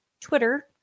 Twitter